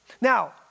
Now